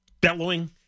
bellowing